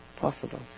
possible